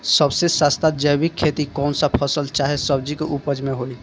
सबसे सस्ता जैविक खेती कौन सा फसल चाहे सब्जी के उपज मे होई?